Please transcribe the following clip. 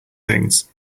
things